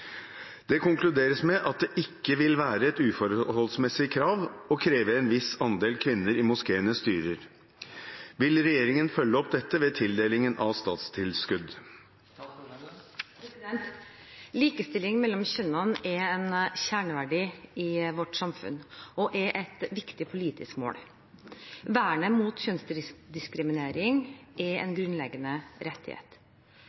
Det konkluderes med at det «ikke vil være et uforholdsmessig krav» å kreve en viss andel kvinner i moskeenes styrer. Vil regjeringen følge opp dette ved tildelingen av statstilskudd?» Likestilling mellom kjønnene er en kjerneverdi i vårt samfunn og et viktig politisk mål. Vernet mot kjønnsdiskriminering er en